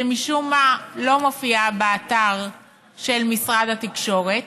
שמשום מה לא מופיעה באתר של משרד התקשורת,